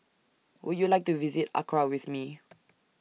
Would YOU like to visit Accra with Me